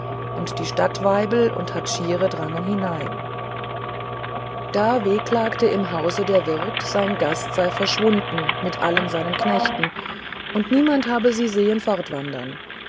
und die stadtweibel und hatschiere drangen hinein da wehklagte im hause der wirt sein gast sei verschwunden mit allen seinen knechten und niemand habe sie sehen